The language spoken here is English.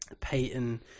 Peyton